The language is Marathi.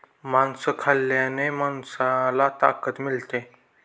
मांस खाल्ल्याने माणसाला ताकद मिळते